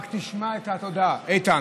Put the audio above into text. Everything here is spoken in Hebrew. רק תשמע את התודה, איתן.